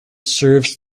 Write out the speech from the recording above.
serves